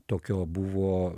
tokio buvo